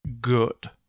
Good